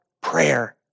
prayer